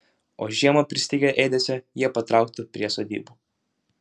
o žiemą pristigę ėdesio jie patrauktų prie sodybų